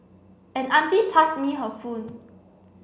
an auntie passed me her phone